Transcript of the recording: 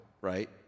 right